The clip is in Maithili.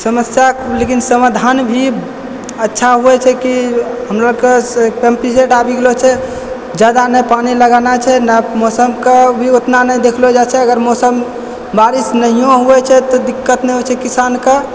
समस्या के लेकिन समाधान भी अच्छा होइ छै कि हमलोग के पम्पिग सेट आबि गेलो छै जादा नहि पानि लगाना छै ने मौसम कऽ भी ओतना नहि देखलो जाइ छै अगर मौसम बारिस नहियौ होइ छै तऽ दिक्कत नहि होइ छै किसानके